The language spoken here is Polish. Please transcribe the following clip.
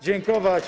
Dziękować.